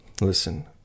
Listen